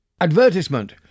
Advertisement